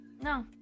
No